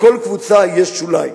לכל קבוצה יש שוליים,